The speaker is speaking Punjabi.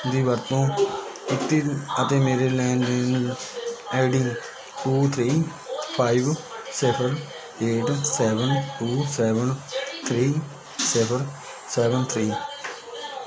ਦੀ ਵਰਤੋਂ ਕੀਤੀ ਅਤੇ ਮੇਰੀ ਲੈਣ ਦੇਣ ਆਈਡੀ ਟੂ ਥ੍ਰੀ ਫਾਇਵ ਸਿਫ਼ਰ eight seven two seven three ਸਿਫ਼ਰ ਸੇਵੇਨ ਥ੍ਰੀ